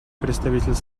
представитель